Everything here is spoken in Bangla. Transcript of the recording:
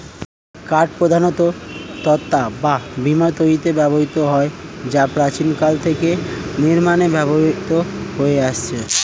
কাঠ প্রধানত তক্তা বা বিম তৈরিতে ব্যবহৃত হয় যা প্রাচীনকাল থেকে নির্মাণে ব্যবহৃত হয়ে আসছে